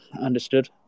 understood